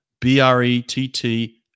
B-R-E-T-T